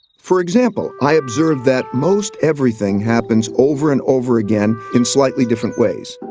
for example, i observed that most everything happens over and over again in slightly different ways.